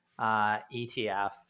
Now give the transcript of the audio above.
ETF